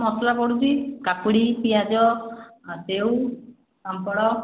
ମସଲା ପଡ଼ୁଛି କାକୁଡ଼ି ପିଆଜ ସେଉ ପାମ୍ପଡ଼